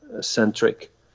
centric